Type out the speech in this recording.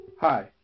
Hi